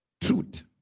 truth